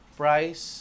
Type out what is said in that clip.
price